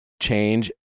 change